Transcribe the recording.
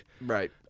Right